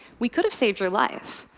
we could have saved your life,